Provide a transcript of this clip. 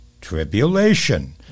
tribulation